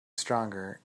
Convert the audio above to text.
stronger